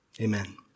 Amen